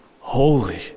holy